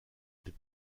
des